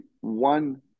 one